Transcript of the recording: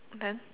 then